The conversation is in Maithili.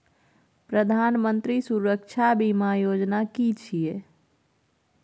प्रधानमंत्री सुरक्षा बीमा योजना कि छिए?